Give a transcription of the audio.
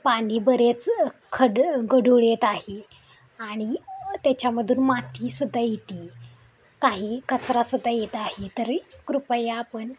पाणी बरेच खड गढूळ येत आहे आणि त्याच्यामधून माती सुद्धा येते काही कचरा सुद्धा येत आहे तरी कृपया आपण